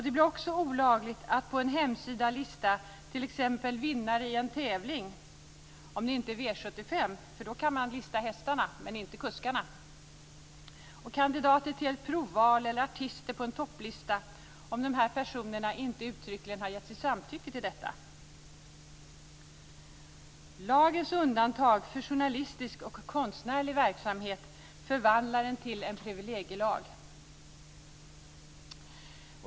Det blir också olagligt att på en hemsida lista t.ex. vinnare i en tävling - om det inte är V 75. Då kan man lista hästarna - men inte kuskarna. Kandidater till ett provval eller artister på en topplista kan inte heller listas om de här personerna inte uttryckligen har gett sitt samtycke till detta. Lagens undantag för journalistisk och konstnärlig verksamhet förvandlar den till en privilegielag.